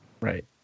Right